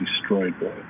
destroyed